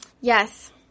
yes